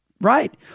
right